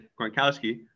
Gronkowski